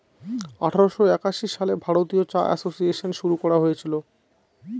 আঠারোশো একাশি সালে ভারতীয় চা এসোসিয়েসন শুরু করা হয়েছিল